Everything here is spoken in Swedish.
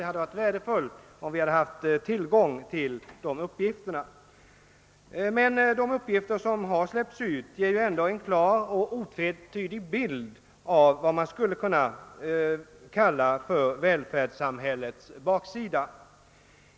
Det hade varit värdefullt att ha tillgång till de uppgifterna. Men det material som lämnats ut ger ändå en klar och otvetydig bild av vad man skulle kunna kalla för välfärdssamhällets baksida.